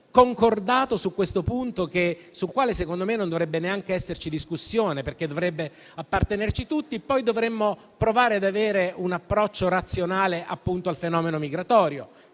l'accordo su questo punto su quale, secondo me, non dovrebbe neanche esserci discussione, perché dovrebbe appartenere a tutti, dovremmo poi provare ad avere un approccio razionale al fenomeno migratorio: